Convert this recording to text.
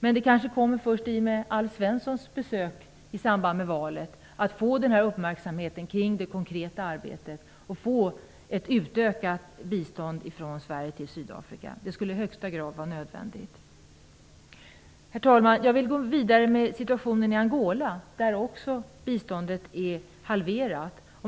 Men det kanske blir först i och med Alf Svenssons besök i samband med valet som uppmärksamheten kring det konkreta arbetet och för ett utökat bistånd från Sverige till Sydafrika kommer. Det skulle i högsta grad vara nödvändigt. Herr talman! Jag vill nämna Angola dit biståndet också har halverats.